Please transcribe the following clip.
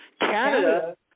Canada